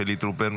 חילי טרופר,